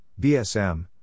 BSM